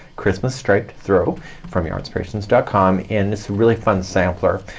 christmas stripped throw from yarnspirations dot com in this really fun sampler.